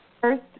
first